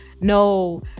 no